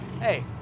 Hey